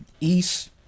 East